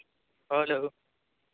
hello